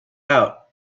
out